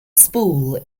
spool